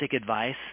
advice